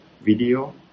video